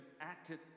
acted